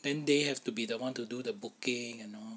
then they have to be the one to do the booking and all